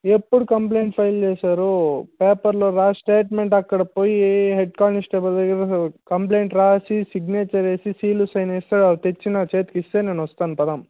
ఎప్పుడు complaint file చేశారు పేపర్లో రాస్తే స్టేట్మెంట్ అక్కడ పోయి హెడ్ కానిస్టేబుల్ దగ్గర కంప్లయింట్ రాసి సిగ్నేచర్ వేసి సీలు సైన్ వేసిస్తాడు అది తెచ్చి నా చేతికిస్తే నేను వస్తాం పదాం